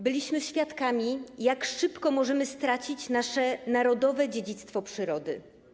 Byliśmy świadkami tego, jak szybko możemy stracić nasze narodowe dziedzictwo przyrody.